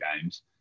games